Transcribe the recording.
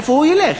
איפה הוא ילך?